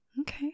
Okay